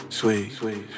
Sweet